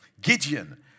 Gideon